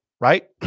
Right